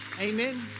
Amen